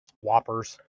Whoppers